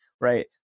right